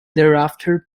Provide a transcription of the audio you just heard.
thereafter